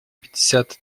пятьдесят